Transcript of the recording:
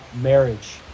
marriage